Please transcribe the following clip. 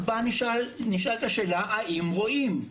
נשאלת השאלה: האם רואים?